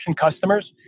customers